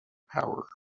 power